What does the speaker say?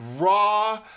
raw